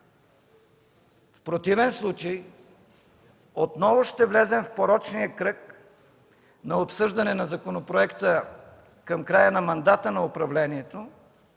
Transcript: В противен случай отново ще влезем в порочния кръг на обсъждане на законопроекта към края на мандата на управлението